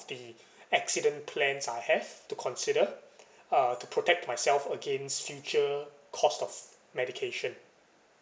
the accident plans I have to consider uh to protect myself against future costs of medication